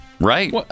Right